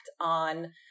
on